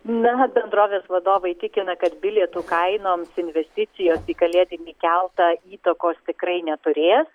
na bendrovės vadovai tikina kad bilietų kainoms investicijos į kalėdinį keltą įtakos tikrai neturės